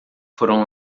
foram